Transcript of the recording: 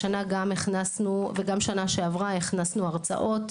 השנה גם הכנסנו, וגם שנה שעברה הכנסנו הרצאות.